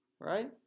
Right